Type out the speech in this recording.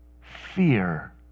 fear